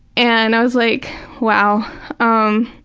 and i was like wow um